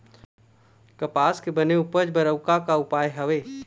कपास के बने उपज बर अउ का का उपाय हवे?